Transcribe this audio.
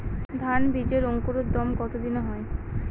ধান বীজের অঙ্কুরোদগম কত দিনে হয়?